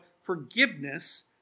forgiveness